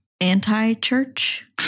anti-church